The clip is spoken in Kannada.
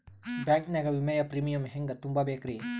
ಬ್ಯಾಂಕ್ ನಾಗ ವಿಮೆಯ ಪ್ರೀಮಿಯಂ ಹೆಂಗ್ ತುಂಬಾ ಬೇಕ್ರಿ?